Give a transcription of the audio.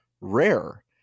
rare